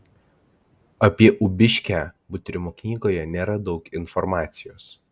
apie ubiškę butrimo knygoje nėra daug informacijos